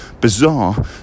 bizarre